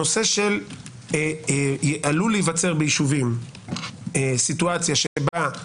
הנושא שעלולה להיווצר ביישובים סיטואציה שבה,